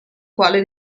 quale